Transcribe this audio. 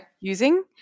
using